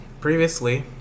previously